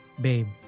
Babe